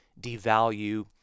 devalue